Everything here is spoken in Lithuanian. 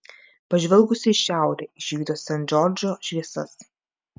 pažvelgusi į šiaurę išvydo sent džordžo šviesas